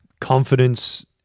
confidence